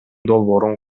долбоорун